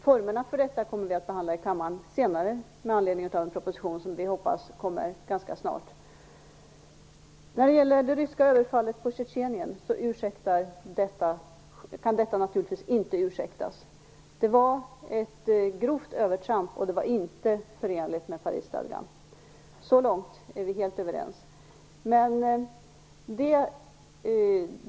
Formerna för detta kommer att behandlas senare i denna kammare med anledning av en proposition som vi hoppas kommer ganska snart. Det ryska överfallet på Tjetjenien kan naturligtvis inte ursäktas. Det var ett grovt övertramp och det var inte förenligt med Parisstadgan. Så långt är vi helt överens.